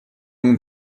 اون